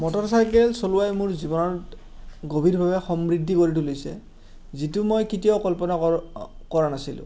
motorcycle চলুৱাই মোৰ জীৱনত গভীৰভাৱে সমৃদ্ধি কৰি তুলিছে যিটো মই কেতিয়াও কল্পনা কৰ কৰা নাছিলোঁ